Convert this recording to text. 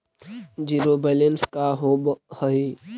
Zero balance का होव हइ?